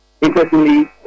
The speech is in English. Interestingly